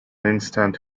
instant